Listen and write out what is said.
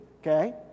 okay